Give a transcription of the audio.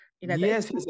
Yes